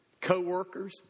co-workers